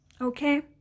okay